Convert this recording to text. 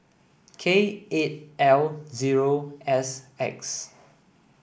K eight L zero S X